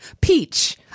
Peach